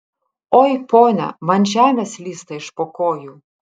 oi ponia man žemė slysta iš po kojų